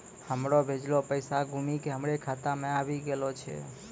हमरो भेजलो पैसा घुमि के हमरे खाता मे आबि गेलो छै